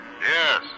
Yes